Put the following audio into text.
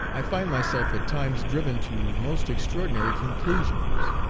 i find myself at times driven to most extraordinary conclusions.